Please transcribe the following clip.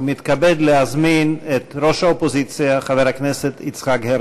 ומתכבד להזמין את ראש האופוזיציה חבר הכנסת יצחק הרצוג.